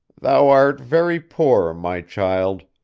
thou art very poor, my child,